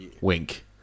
Wink